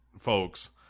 folks